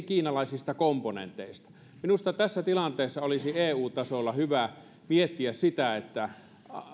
kiinalaisista komponenteista minusta tässä tilanteessa olisi eu tasolla hyvä miettiä